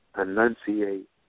Enunciate